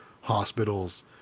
hospitals